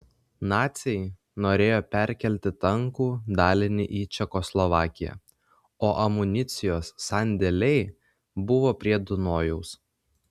naciai norėjo perkelti tankų dalinį į čekoslovakiją o amunicijos sandėliai buvo prie dunojaus